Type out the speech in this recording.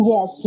Yes